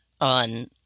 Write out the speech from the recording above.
on